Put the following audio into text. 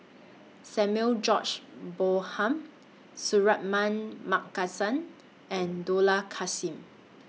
Samuel George Bonham Suratman Markasan and Dollah Kassim